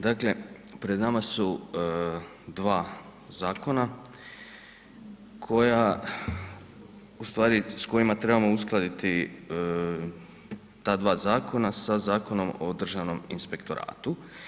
Dakle pred nama su dva zakona koja ustvari s kojima trebamo uskladiti ta dva zakona sa Zakonom o Državnom inspektoratu.